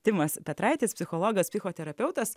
timas petraitis psichologas psichoterapeutas